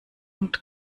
und